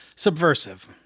Subversive